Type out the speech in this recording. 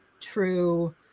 true